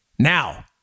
Now